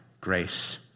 grace